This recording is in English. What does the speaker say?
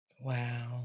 Wow